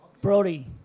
Brody